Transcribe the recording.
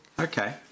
Okay